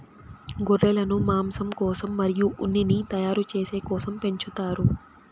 గొర్రెలను మాంసం కోసం మరియు ఉన్నిని తయారు చేసే కోసం పెంచుతారు